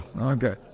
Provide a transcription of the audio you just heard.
Okay